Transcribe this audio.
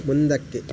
ಮುಂದಕ್ಕೆ